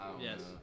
Yes